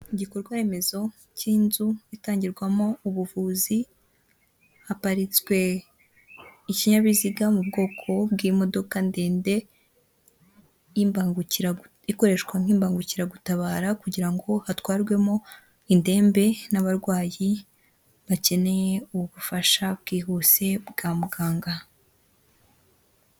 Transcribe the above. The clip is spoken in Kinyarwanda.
Igikorwa remezo cy'inzu itangirwamo ubuvuzi, haparitswe ikinyabiziga mu bwoko bw'imodoka ndende ikoreshwa nk'imbangukiragutabara kugira ngo hatwarwemo indembe n'abarwayi bakeneye ubufasha bwihuse bwa muganga.